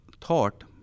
thought